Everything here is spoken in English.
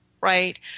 right